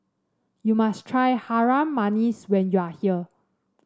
you must try Harum Manis when you are here